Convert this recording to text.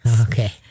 Okay